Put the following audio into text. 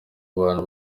abantu